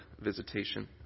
visitation